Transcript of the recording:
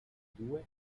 due